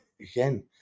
again